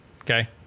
Okay